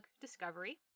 discovery